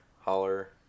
holler